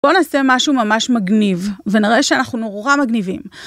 בוא נעשה משהו ממש מגניב, ונראה שאנחנו נורא מגניבים.